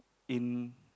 in